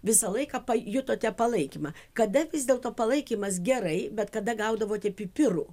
visą laiką pajutote palaikymą kada vis dėlto palaikymas gerai bet kada gaudavote pipirų